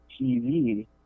TV